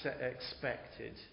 expected